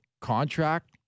contract